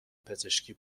پزشکی